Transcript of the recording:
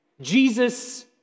Jesus